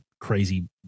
crazy